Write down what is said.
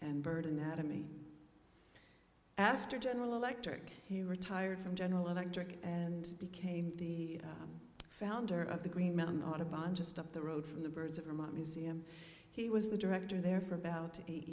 and burden that to me after general electric he retired from general electric and became the founder of the green mountain audubon just up the road from the birds of remote museum he was the director there for about eight